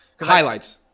Highlights